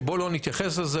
שבואו לא נתייחס לזה.